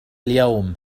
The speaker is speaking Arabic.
اليوم